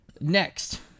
Next